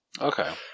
Okay